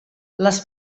les